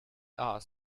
are